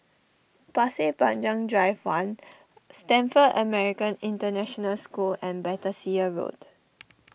Pasir Panjang Drive one Stamford American International School and Battersea Road